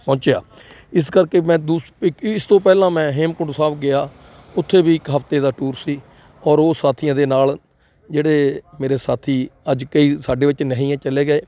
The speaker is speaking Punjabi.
ਪਹੁੰਚਿਆ ਇਸ ਕਰਕੇ ਮੈਂ ਦੂਸ ਇਸ ਤੋਂ ਪਹਿਲਾਂ ਮੈਂ ਹੇਮਕੋਟ ਸਾਹਿਬ ਗਿਆ ਉੱਥੇ ਵੀ ਇੱਕ ਹਫ਼ਤੇ ਦਾ ਟੂਰ ਸੀ ਔਰ ਉਹ ਸਾਥੀਆਂ ਦੇ ਨਾਲ ਜਿਹੜੇ ਮੇਰੇ ਸਾਥੀ ਅੱਜ ਕਈ ਸਾਡੇ ਵਿੱਚ ਨਹੀਂ ਹੈ ਚਲੇ ਗਏ